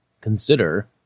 consider